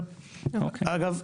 אגב,